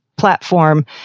platform